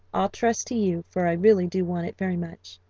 i'll trust to you, for i really do want it very much.